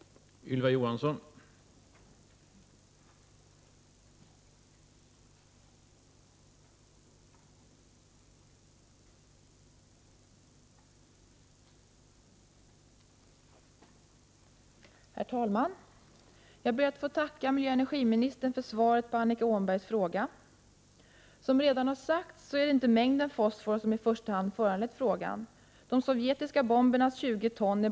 Då Annika Åhnberg, som framställt frågan, anmält att hon var förhindrad att närvara vid sammanträdet, medgav talmannen att Ylva Johansson i stället fick delta i överläggningen.